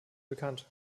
bekannt